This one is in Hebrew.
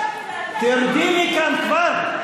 תרדי מכאן כבר.